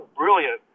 brilliant